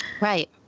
Right